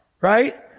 right